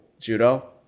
judo